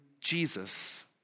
Jesus